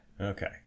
Okay